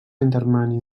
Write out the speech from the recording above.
intervenir